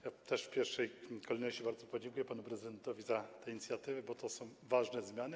Ja też w pierwszej kolejności bardzo podziękuję panu prezydentowi za te inicjatywy, bo to są ważne zmiany.